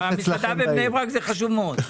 מסעדה בבני ברק זה חשוב מאוד.